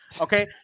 Okay